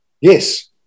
Yes